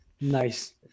nice